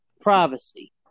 privacy